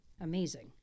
amazing